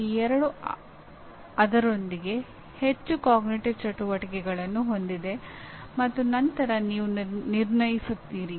ಈ ಎರಡು ಅದರೊಂದಿಗೆ ಹೆಚ್ಚು ಅರಿವಿನ ಚಟುವಟಿಕೆಗಳನ್ನು ಹೊಂದಿದೆ ಮತ್ತು ನಂತರ ನೀವು ನಿರ್ಣಯಿಸುತ್ತೀರಿ